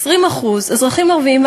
20% אזרחים ערבים,